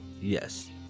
Yes